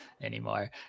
anymore